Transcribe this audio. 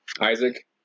Isaac